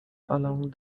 along